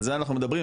על זה אנחנו מדברים.